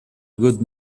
good